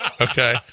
Okay